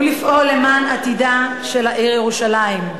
ולפעול למען עתידה של העיר ירושלים.